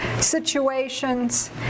situations